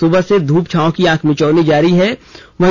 सुबह से धूप छांव की आंखमिचौनी जारी रही